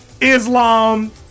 Islam